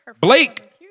Blake